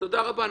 תודה רבה,